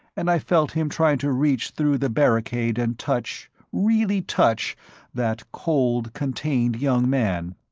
and i felt him trying to reach through the barricade and touch, really touch that cold contained young man,